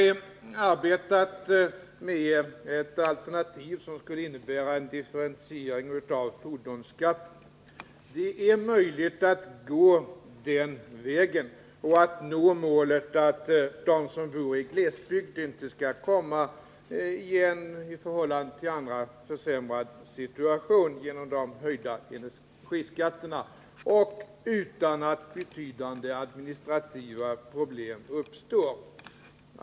Vi arbetar med ett alternativ som skulle innebära en differentiering av fordonsskatten. Det är möjligt att gå den vägen och att nå målet att de som bor i glesbygd inte skall komma i en i förhållande till andra försämrad situation genom de höjda energiskatterna och detta utan att betydande administrativa problem uppstår.